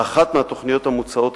באחת מהתוכניות המוצעות,